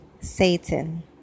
Satan